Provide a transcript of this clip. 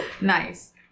Nice